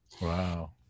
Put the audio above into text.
wow